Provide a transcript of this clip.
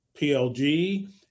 PLG